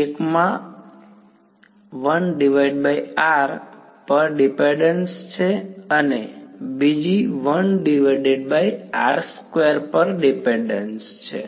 એકમાં 1r પર dependence છે અને બીજી પર ડીપેન્ડ્ન્સ છે